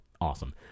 Awesome